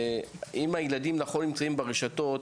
אם הילדים נמצאים ברשתות,